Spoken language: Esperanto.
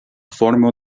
formo